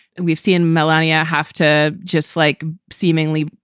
and we've seen melania have to just like seemingly,